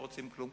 לא רוצים כלום,